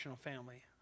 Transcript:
family